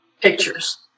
pictures